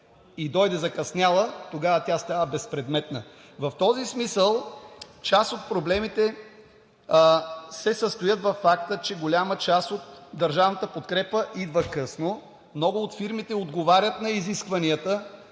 и дойде закъсняла, тогава става безпредметна. В този смисъл част от проблемите се състоят във факта, че голяма част от държавната подкрепа идва късно. Много от фирмите отговарят на изискванията